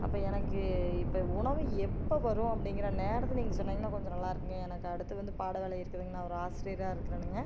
அப்போ எனக்கு இப்போ உணவு எப்போ வரும் அப்படிங்கிற நேரத்தை நீங்கள் சொன்னிங்கன்னா கொஞ்சம் நல்லா இருக்குங்க எனக்கு அடுத்து வந்து பாடவேளை இருக்குதுங்க நான் ஒரு ஆசிரியராக இருக்கிறேனுங்க